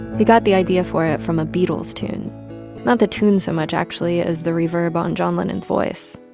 he got the idea for it from ah beatles tune not the tune so much, actually, as the reverb on john lennon's voice.